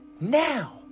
now